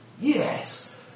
Yes